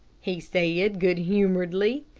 he said, good-humoredly.